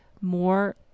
more